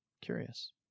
curious